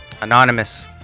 Anonymous